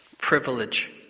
privilege